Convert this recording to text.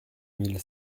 mille